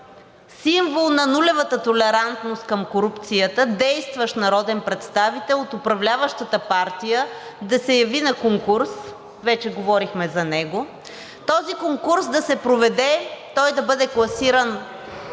символ на нулевата толерантност към корупцията действащ народен представител от управляващата партия да се яви на конкурс – вече говорихме за него – този конкурс да се проведе, той да бъде класиран